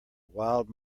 wild